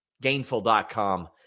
Gainful.com